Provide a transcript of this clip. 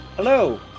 Hello